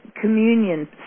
communion